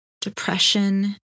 depression